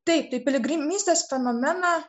taip tai piligrimystės fenomeną